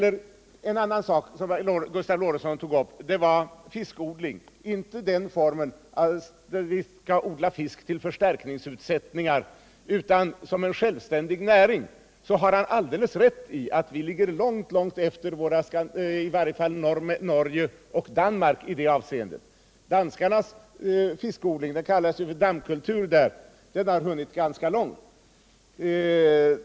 En annan sak som Gustav Lorentzon tog upp gällde fiskodling, inte den formen som innebär att man odlar fisk för förstärkningsutsättningar utan som en självständig näring. Han har alldeles rätt i att Sverige ligger långt efter i varje fall Norge och Danmark i det avseendet. Danskarnas fiskodling — den kallas ju för dammkultur där — har hunnit ganska långt.